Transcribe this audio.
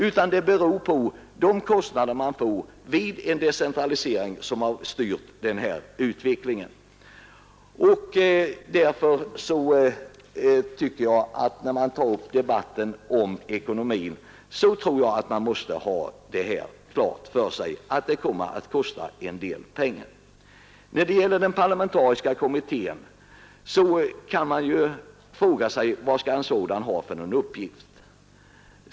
Men vad som kan ha verkat styrande på utvecklingen är de kostnader man åsamkas vid en decentralisering. Därför måste man, när man tar upp en debatt om de ekonomiska aspekterna, ha klart för sig att omlokaliseringen kommer att kosta en del pengar. När det gäller den parlamentariska kommittén kan man ju fråga sig vad en sådan skulle ha för uppgift.